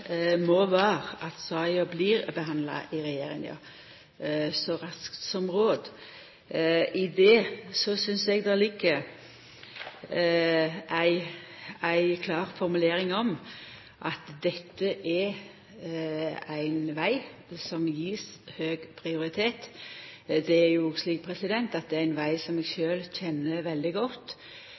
må vera at saka blir behandla i regjeringa så raskt som råd. I det synest eg det ligg ei klar formulering om at dette er ein veg som får høg prioritet. Det er òg ein veg som eg sjølv kjenner veldig godt, det er ein veg – som